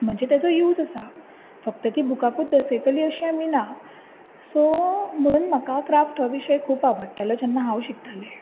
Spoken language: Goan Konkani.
म्हणजे ताजो यूज आसा फक्त ती बुकाकूच दसयतली अशें आमी ना सो म्हणून म्हाका क्राफ्ट हो विशय खूब आवडटालो जेन्ना हांव शिकतालें